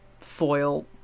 foil